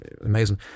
amazing